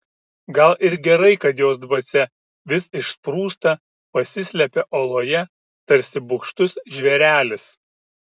gal ir gerai kad jos dvasia vis išsprūsta pasislepia oloje tarsi bugštus žvėrelis